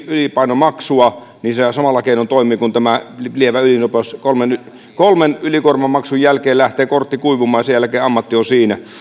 ylipainomaksua niin sehän toimii samalla keinoin kuin lievä ylinopeus kolmen ylikuormamaksun jälkeen lähtee kortti kuivumaan ja sen jälkeen ammatti on siinä